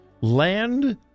land